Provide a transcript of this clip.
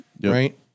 Right